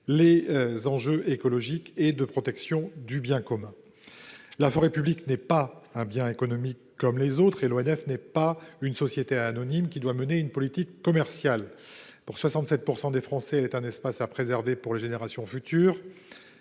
les enjeux écologiques et de protection du bien commun. La forêt publique n'est pas un bien économique comme les autres et l'ONF n'est pas une société anonyme qui doit mener une politique commerciale ! Pour 67 % des Français, la forêt est un espace à préserver pour les générations futures.